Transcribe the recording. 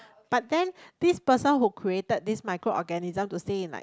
but then this person who created this micro organism to stay in like